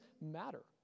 matter